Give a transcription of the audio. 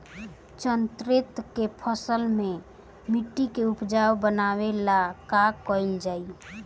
चन्ना के फसल में मिट्टी के उपजाऊ बनावे ला का कइल जाला?